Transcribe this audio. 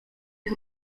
ich